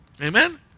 Amen